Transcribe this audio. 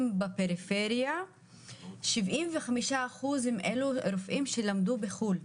בפריפריה 75% הם רופאים שלמדו בחו"ל.